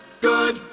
Good